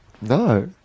No